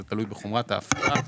זה תלוי בחומרת ההפרה.